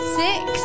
six